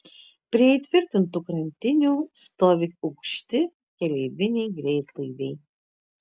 prie įtvirtintų krantinių stovi aukšti keleiviniai greitlaiviai